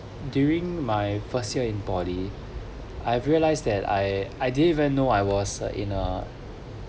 during my first year in poly I realise that I I didn't even know I was uh in a